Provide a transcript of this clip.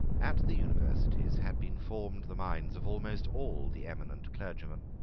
at the universities had been formed the minds of almost all the eminent clergymen,